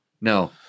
No